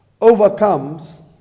overcomes